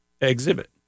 exhibit